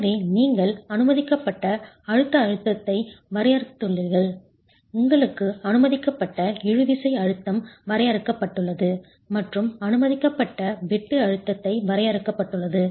எனவே நீங்கள் அனுமதிக்கப்பட்ட அழுத்த அழுத்தத்தை வரையறுத்துள்ளீர்கள் உங்களுக்கு அனுமதிக்கப்பட்ட இழுவிசை அழுத்தம் வரையறுக்கப்பட்டுள்ளது மற்றும் அனுமதிக்கப்பட்ட வெட்டு அழுத்தத்தை வரையறுக்கப்பட்டுள்ளது